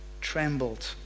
trembled